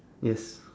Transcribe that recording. yes